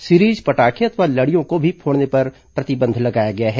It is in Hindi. सीरीज पटाखे अथवा लड़ियों को भी फोड़ने पर प्रतिबंध लगाया गया है